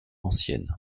ancienne